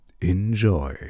Enjoy